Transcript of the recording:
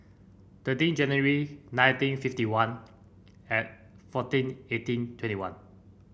thirteen January nineteen fifty one and fourteen eighteen twenty one